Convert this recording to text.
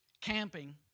camping